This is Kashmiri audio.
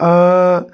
ٲں